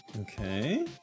Okay